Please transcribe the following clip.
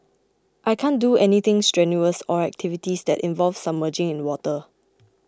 I can't do anything strenuous or activities that involve submerging in water